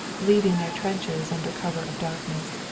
leaving their trenches under cover of darkness.